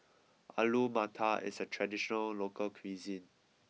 Alu Matar is a traditional local cuisine